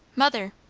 mother